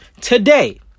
Today